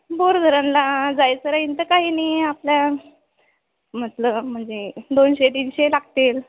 bore धरणला जायचं राहीन तर काही नाही आपल्या मतलं म्हणजे दोनशे तीनशे लागतील